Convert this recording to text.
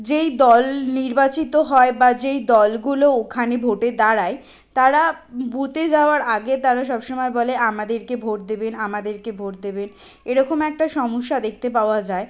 যেই দল নির্বাচিত হয় বা যেই দলগুলো ওখানে ভোটে দাঁড়ায় তারা বুথে যাওয়ার আগে তারা সব সমায় বলে আমাদেরকে ভোট দেবেন আমাদেরকে ভোট দেবেন এরকম একটা সমস্যা দেখতে পাওয়া যায়